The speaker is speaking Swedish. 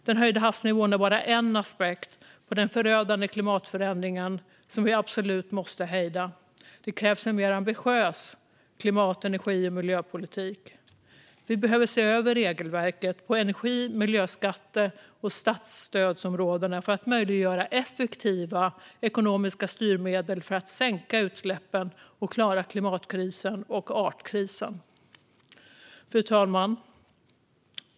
Den höjda havsnivån är bara en aspekt av den förödande klimatförändringen som vi absolut måste hejda. Det krävs en mer ambitiös klimat, energi och miljöpolitik. Vi behöver se över regelverket på energi, miljöskatte och statsstödsområdena för att möjliggöra effektiva ekonomiska styrmedel för att sänka utsläppen och klara klimatkrisen och artkrisen. Fru talman!